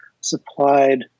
supplied